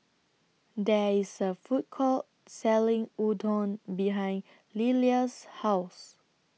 There IS A Food Court Selling Udon behind Lilia's House